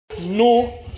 no